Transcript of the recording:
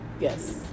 Yes